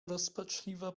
rozpaczliwa